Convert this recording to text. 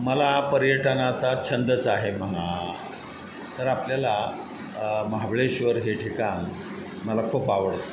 मला पर्यटनाचा छंदच आहे म्हणा तर आपल्याला महाबळेश्वर हे ठिकाण मला खूप आवडतं